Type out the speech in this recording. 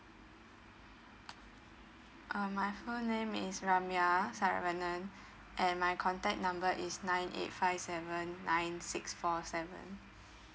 uh my full name is ramya saravanan and my contact number is nine eight five seven nine six four seven